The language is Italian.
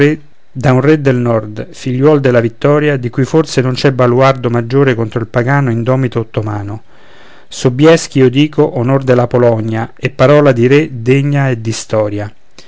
da un re del nord figliuol della vittoria di cui forse non c'è baluardo maggior contro il pagano indomito ottomano sobieschi io dico onor della polonia e parola di re degna è di storia